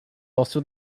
also